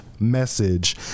message